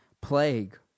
plague